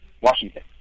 Washington